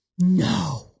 no